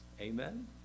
Amen